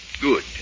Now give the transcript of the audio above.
Good